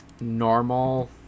normal